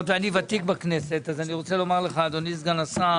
מאחר שאני ותיק בכנסת אני רוצה לומר לך אדוני סגן השר